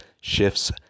shifts